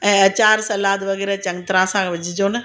ऐं अचार सलाद वग़ैरह चङी तरह सां विझिजो न